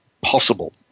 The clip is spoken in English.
possible